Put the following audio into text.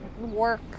work